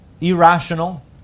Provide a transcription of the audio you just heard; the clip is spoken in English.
irrational